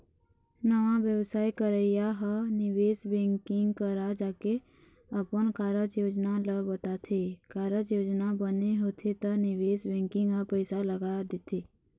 नवा बेवसाय करइया ह निवेश बेंकिग करा जाके अपन कारज योजना ल बताथे, कारज योजना बने होथे त निवेश बेंकिग ह पइसा लगा देथे